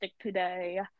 today